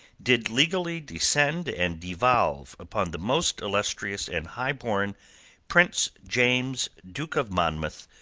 did legally descend and devolve upon the most illustrious and high-born prince james, duke of monmouth,